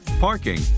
parking